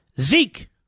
Zeke